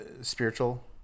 spiritual